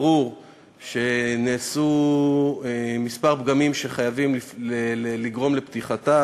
ברור שנעשו כמה פגמים שחייבים לגרום לפתיחתה,